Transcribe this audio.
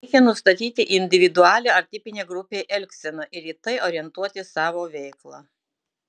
reikia nustatyti individualią ar tipinę grupei elgseną ir į tai orientuoti savo veiklą